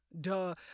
Duh